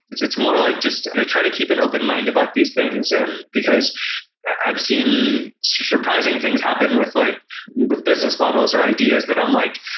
it's it's more like, i try to keep an open mind about these things, and because i've seen surprising things happen with like with business models or ideas that i'm like,